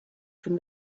from